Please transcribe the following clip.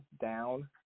down